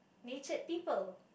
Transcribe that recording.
nature people